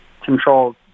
control